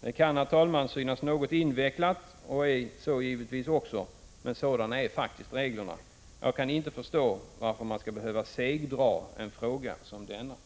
Det kan synas något invecklat, och är så givetvis också, men sådana är faktiskt reglerna, herr talman.